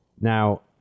Now